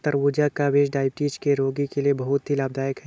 तरबूज का बीज डायबिटीज के रोगी के लिए बहुत ही लाभदायक है